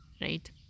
right